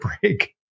break